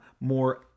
more